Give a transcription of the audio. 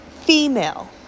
Female